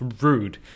rude